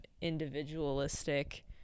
individualistic